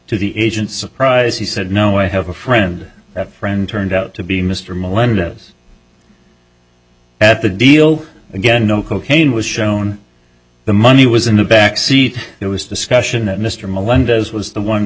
to the agent surprise he said no i have a friend that friend turned out to be mr melendez at the deal again no cocaine was shown the money was in the back seat it was discussion that mr melendez was the one